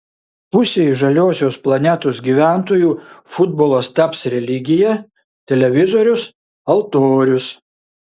pusei žaliosios planetos gyventojų futbolas taps religija televizorius altorius